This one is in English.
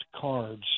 cards